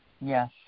Yes